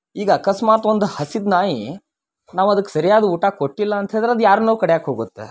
ಈಗ ಅಕಸ್ಮಾತ್ ಒಂದು ಹಸಿದು ನಾಯಿ ನಾವು ಅದಕ್ಕೆ ಸರಿಯಾದ ಊಟ ಕೊಟ್ಟಿಲ್ಲ ಅಂಥೇಳ್ದ್ರೆ ಅದು ಯಾರ್ನೂ ಕಡಿಯೋಕೆ ಹೋಗುತ್ತೆ